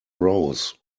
rose